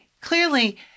clearly